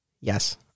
Yes